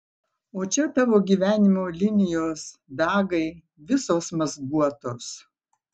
o čia tavo gyvenimo linijos dagai visos mazguotos